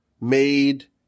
made